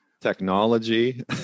technology